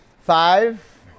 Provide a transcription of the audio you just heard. Five